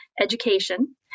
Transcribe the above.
education